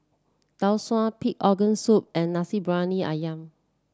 Tau Suan Pig Organ Soup and Nasi Briyani ayam